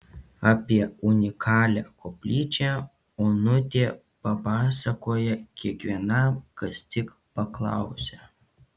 apie unikalią koplyčią onutė papasakoja kiekvienam kas tik paklausia